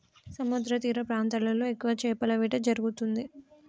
సముద్రతీర ప్రాంతాల్లో ఎక్కువ చేపల వేట జరుగుతుంది